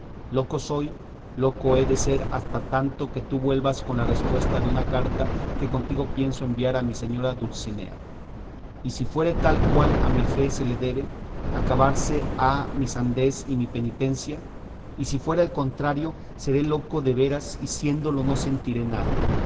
loco soy loco he de ser hasta tanto que tú vuelvas con la respuesta de una carta que contigo pienso enviar a mi señora dulcinea y si fuere tal cual a mi fe se le debe acabarse ha mi sandez y mi penitencia y si fuere al contrario seré loco de veras y siéndolo no sentiré nada